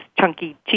chunky